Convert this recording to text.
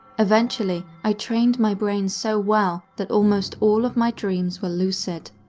eventually, i trained my brain so well that almost all of my dreams were lucid.